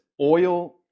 oil